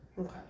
Okay